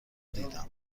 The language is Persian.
دیدم